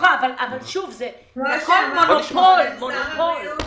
אבל שוב, הכול מונופול, מונופול.